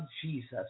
Jesus